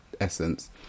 essence